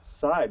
side